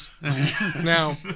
Now